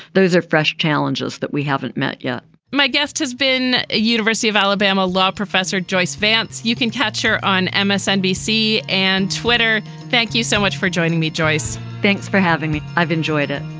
those are fresh challenges that we haven't met yet my guest has been a university of alabama law professor joyce vance. you can catch her on ah msnbc and twitter. thank you so much for joining me joyce. thanks for having me. i've enjoyed it.